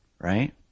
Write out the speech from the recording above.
right